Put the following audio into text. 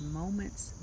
moments